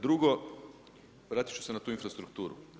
Drugo, vratit ću se na tu infrastrukturu.